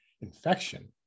infection